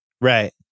Right